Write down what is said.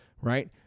right